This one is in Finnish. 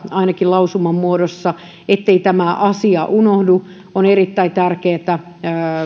ainakin lausuman muodossa ettei tämä asia unohdu jatkossa on erittäin tärkeätä